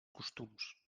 costums